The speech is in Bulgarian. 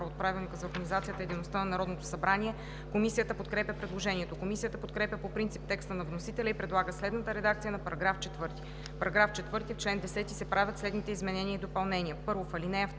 от Правилника за организацията и дейността на Народното събрание. Комисията подкрепя предложението. Комисията подкрепя по принцип текста на вносителя и предлага следната редакция на § 4: „§ 4. В чл. 10 се правят следните изменения и допълнения: 1. В ал.